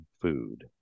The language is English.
Food